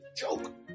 joke